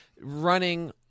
running